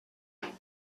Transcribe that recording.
die